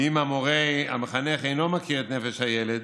ואם המורה המחנך אינו מכיר את נפש הילד,